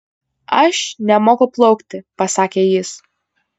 aš nemoku plaukti pasakė jis